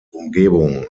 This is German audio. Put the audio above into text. umgebung